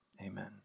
Amen